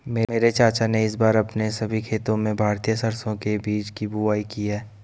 मेरे चाचा ने इस बार अपने सभी खेतों में भारतीय सरसों के बीज की बुवाई की है